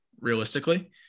realistically